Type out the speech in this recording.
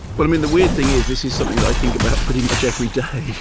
well, i mean, the weird thing is, this is something that i think about pretty much every day.